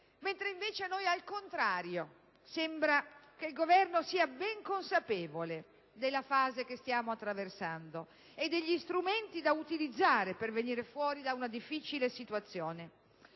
Mentre, invece a noi, al contrario, sembra che il Governo sia ben consapevole della fase che stiamo attraversando e degli strumenti da utilizzare per venire fuori da una difficile situazione.